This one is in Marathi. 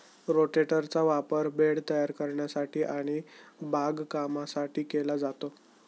रोटेटरचा वापर बेड तयार करण्यासाठी आणि बागकामासाठी केला जातो